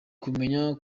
kumenya